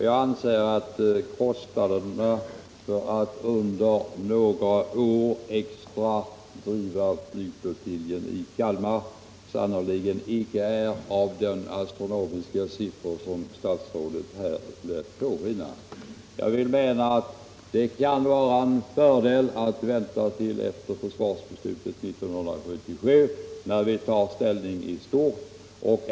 Jag anser att kostnaderna för att under ytterligare några år driva flottiljen i Kalmar sannerligen icke uppgår till de astronomiska tal som statsrådet här lät påskina. Det kan enligt min mening vara en fördel att vänta till efter försvarsbeslutet 1977 när vi skall ta ställning i stort.